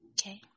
Okay